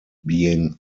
being